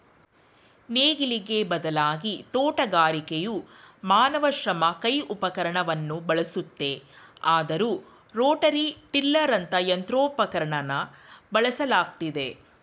ನೇಗಿಲಿಗೆ ಬದಲಾಗಿ ತೋಟಗಾರಿಕೆಯು ಮಾನವ ಶ್ರಮ ಕೈ ಉಪಕರಣವನ್ನು ಬಳಸುತ್ತೆ ಆದರೂ ರೋಟರಿ ಟಿಲ್ಲರಂತ ಯಂತ್ರೋಪಕರಣನ ಬಳಸಲಾಗ್ತಿದೆ